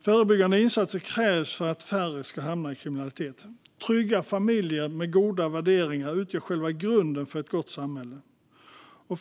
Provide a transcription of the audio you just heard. Förebyggande insatser krävs för att färre ska hamna i kriminalitet. Trygga familjer med goda värderingar utgör själva grunden för ett gott samhälle.